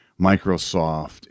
microsoft